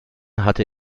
hatte